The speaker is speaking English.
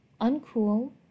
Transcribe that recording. uncool